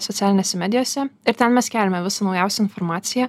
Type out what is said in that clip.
socialinėse medijose ir ten mes keliame visą naujausią informaciją